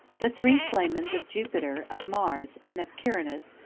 the three flamens of jupiter, of mars, and of quirinus,